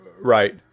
Right